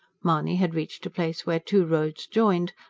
mahony had reached a place where two roads joined,